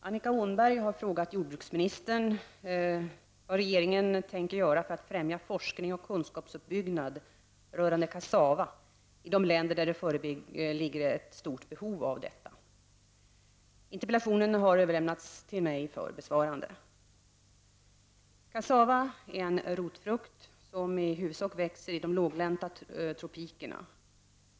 Herr talman! Annika Åhnberg har frågat jordbruksministern vad regeringen tänker göra för att främja forskning och kunskapsuppbyggnad rörande kassava i de länder där det föreligger ett stort behov av detta. Interpellationen har överlämnats till mig för besvarande. Kassava är en rotfrukt som i huvudsak växer i de låglänta tropikerna.